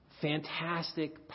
Fantastic